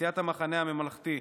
סיעת המחנה הממלכתי,